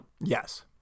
Yes